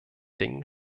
dingen